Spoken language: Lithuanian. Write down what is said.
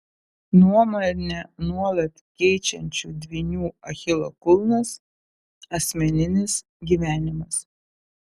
nuomonę nuolat keičiančių dvynių achilo kulnas asmeninis gyvenimas